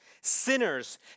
sinners